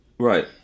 Right